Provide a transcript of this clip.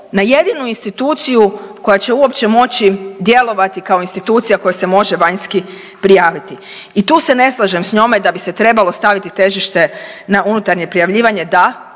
na jedinu instituciju koja će uopće moći djelovati kao institucija kojoj se može vanjski prijaviti. I tu se ne slažem s njome da bi se trebalo staviti težište na unutarnje prijavljivanje, da,